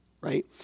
right